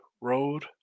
road